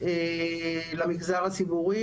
למגזר הציבורי.